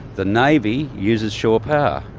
the navy uses shore power.